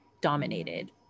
dominated